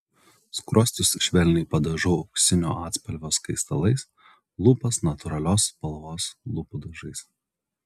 skruostus švelniai padažau auksinio atspalvio skaistalais lūpas natūralios spalvos lūpų dažais